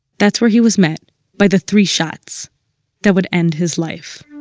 that's where he was met by the three shots that would end his life